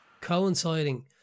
coinciding